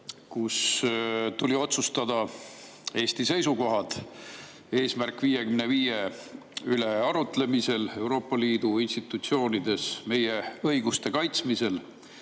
kus tuli otsustada, millised on Eesti seisukohad "Eesmärk 55" üle arutlemisel Euroopa Liidu institutsioonides meie õiguste kaitsmisel.